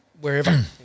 wherever